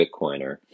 Bitcoiner